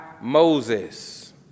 Moses